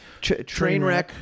Trainwreck